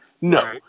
No